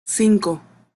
cinco